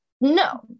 No